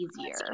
easier